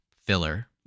filler